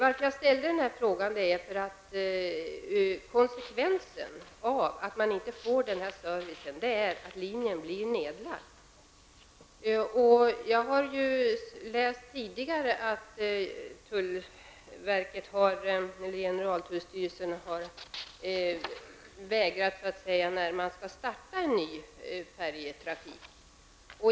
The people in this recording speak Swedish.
Anledningen till att jag ställt frågan är att konsekvensen av att man inte får denna service är att färjelinjen blir nedlagd. Jag har läst tidigare att generaltullstyrelsen har motsatt sig att man startar en ny färjetrafik.